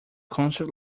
concert